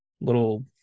little